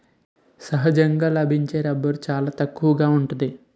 సహజంగా లభించే రబ్బరు చాలా తక్కువగా ఉంటాది